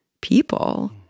people